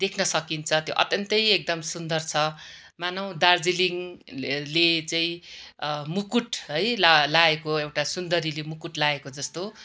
देख्न सकिन्छ त्यो अत्यन्तै एकदम सुन्दर छ मानौँ दार्जिलिङ ले चाहिँ मुकुट है ला लाएको एउटा सुन्दरीले मुकुट लाएको जस्तो